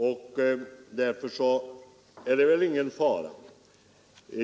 Det är väl därför ingen fara.